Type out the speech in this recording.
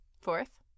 Fourth